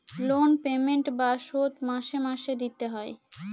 loan payment বা শোধ মাসে মাসে দিতে হয়